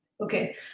Okay